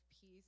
peace